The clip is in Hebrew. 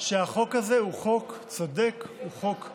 שהחוק הזה הוא חוק צודק, הוא חוק ראוי,